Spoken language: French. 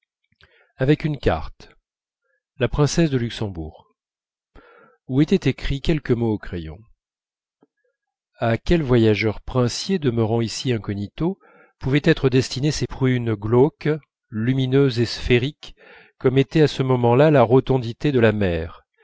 avec une carte la princesse de luxembourg où étaient écrits quelques mots au crayon à quel voyageur princier demeurant ici incognito pouvaient être destinés ces prunes glauques lumineuses et sphériques comme était à ce moment-là la rotondité de la mer